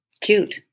cute